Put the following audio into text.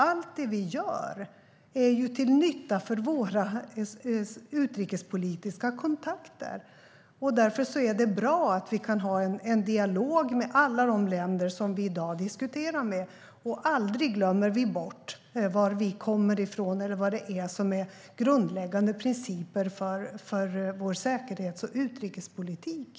Allt det som vi gör är ju till nytta för våra utrikespolitiska kontakter. Därför är det bra att vi kan ha en dialog med alla de länder som vi i dag diskuterar med. Och vi glömmer aldrig bort varifrån vi kommer eller vad som är grundläggande principer för vår säkerhets och utrikespolitik.